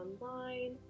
online